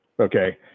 Okay